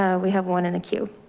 ah we have one in the queue.